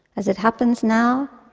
as it happens now,